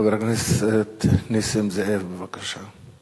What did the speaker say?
חבר הכנסת נסים זאב, בבקשה.